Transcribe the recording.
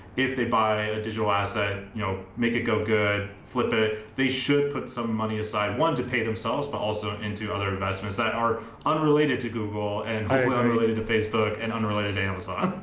if they buy a digital asset, you know make it go good flip it, they should put some money aside one to pay themselves but also into other investments that are unrelated to google and related to facebook and unrelated to amazon.